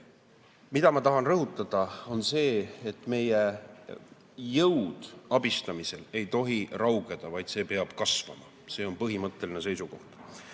Ma tahan rõhutada, et meie jõud abistamisel ei tohi raugeda, see peab kasvama. See on põhimõtteline seisukoht.